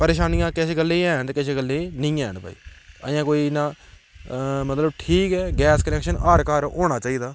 परेशानियां किश गल्ले हैन ते किश गल्ले नेईं हैन भाई अजें कोई इन्ना मतलब ठीक ऐ गैस कनैक्शन हर घर होना चाहिदा